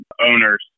owners